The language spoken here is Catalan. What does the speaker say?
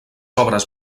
obres